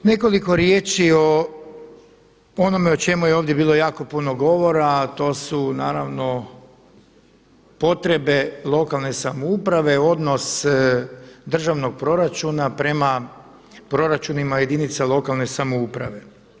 Nekoliko riječi o onome o čemu je ovdje bilo jako puno govora, a to su naravno potrebe lokalne samouprave, odnos državnog proračuna prema proračunima jedinica lokalne samouprave.